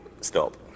stop